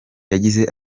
yagize